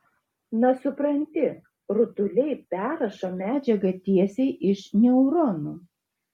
na supranti rutuliai perrašo medžiagą tiesiai iš neuronų